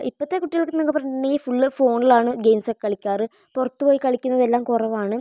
ഇപ്പത്തെ കുട്ടികളൊക്കെ എന്ന് പറഞ്ഞിട്ടുണ്ടെങ്കിൽ ഫുള്ള് ഫോണിലാണ് ഗെയിംസൊക്കെ കളിക്കാറ് പുറത്തുപോയി കളിക്കുന്നതെല്ലാം കുറവാണ്